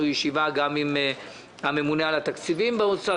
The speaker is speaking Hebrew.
ישיבה גם עם הממונה על התקציבים במשרד האוצר,